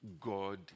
God